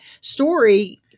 story